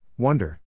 Wonder